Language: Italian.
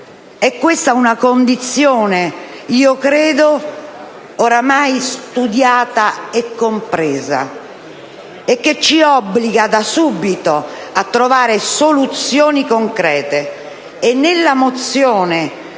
che questa sia una condizione oramai studiata e compresa, che ci obbliga da subito a trovare soluzioni concrete.